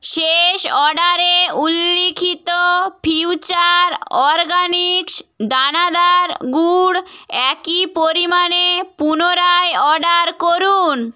শেষ অর্ডারে উল্লিখিত ফিউচার অরগানিকস দানাদার গুড় একই পরিমাণে পুনরায় অর্ডার করুন